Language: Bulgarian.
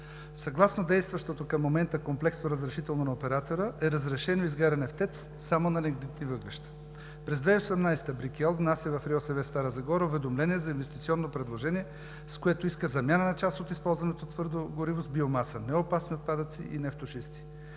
Съгласно действащото към момента комплексно разрешително на оператора, е разрешено изгаряне в ТЕЦ само на лигнитни въглища. През 2018 г. „Брикел“ внася в РИОСВ – Стара Загора, уведомление за инвестиционно предложение, с което иска замяна на част от използваното твърдо гориво с биомаса, неопасни отпадъци и нефтошисти.